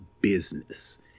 business